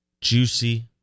juicy